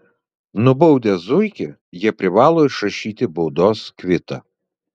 nubaudę zuikį jie privalo išrašyti baudos kvitą